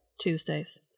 Tuesdays